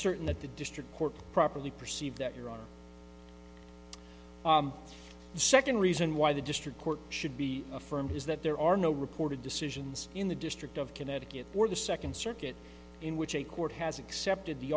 certain that the district court properly perceived that your honor the second reason why the district court should be affirmed is that there are no reported decisions in the district of connecticut or the second circuit in which a court has accepted the